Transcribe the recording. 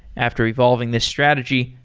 after evolving this strategy,